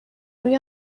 روی